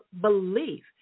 belief